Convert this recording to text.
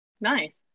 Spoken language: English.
Nice